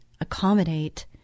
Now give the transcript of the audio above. accommodate